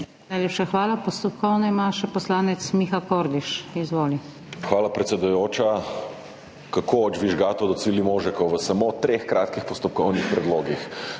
Hvala, predsedujoča. Kako od žvižgačev do civilimožkov? V samo treh kratkih postopkovnih predlogih.